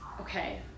Okay